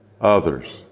others